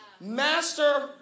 Master